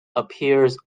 appears